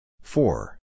Four